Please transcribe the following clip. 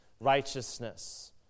righteousness